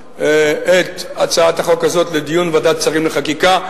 את הצעת החוק הזאת לדיון בוועדת השרים לחקיקה,